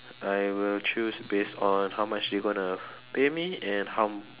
I will choose based on how much they going to pay me and how